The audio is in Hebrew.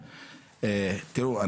תראו,